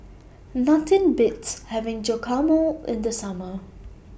Nothing Beats having Guacamole in The Summer